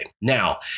Now